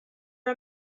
are